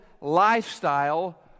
lifestyle